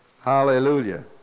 Hallelujah